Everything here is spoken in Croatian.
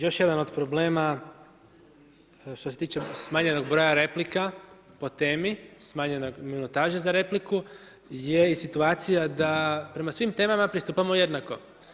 Još jedan od problema, što se tiče smanjenog broja replika po temi, smanjene minutaže za repliku, je i situacija da prema svim temama pristupamo jednako.